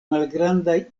malgrandaj